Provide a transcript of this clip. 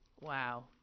Wow